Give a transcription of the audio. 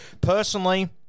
Personally